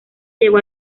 llegó